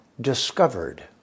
discovered